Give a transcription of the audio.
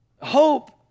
Hope